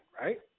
right